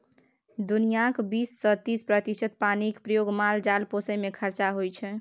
दुनियाँक बीस सँ तीस प्रतिशत पानिक प्रयोग माल जाल पोसय मे खरचा होइ छै